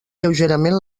lleugerament